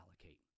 allocate